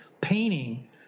painting